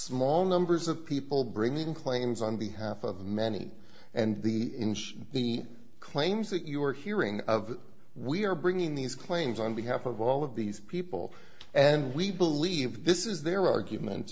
small numbers of people bringing claims on behalf of many and the inch the claims that you are hearing of we are bringing these claims on behalf of all of these people and we believe this is their argument